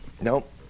Nope